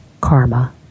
karma